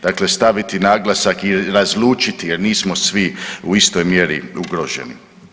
Dakle, staviti naglasak i razlučiti jer nismo svi u istoj mjeri ugroženi.